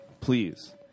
please